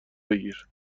بگیر